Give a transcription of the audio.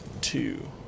two